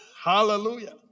Hallelujah